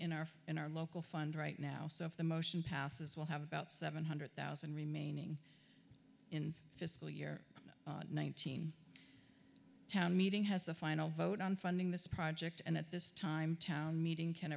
in our in our local fund right now so if the motion passes we'll have about seven hundred thousand remaining in fiscal year one thousand town meeting has the final vote on funding this project and at this time town meeting can